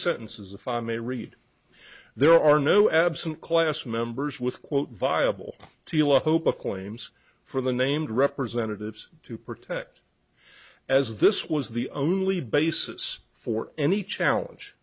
sentences if i may read there are no absent class members with quote viable feel of hope of claims for the named representatives to protect as this was the only basis for any challenge